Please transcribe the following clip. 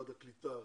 משרד הקליטה,